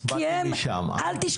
הצנרת של הכביסה מקולקלת והמים נשטפים לתוך